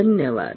धन्यवाद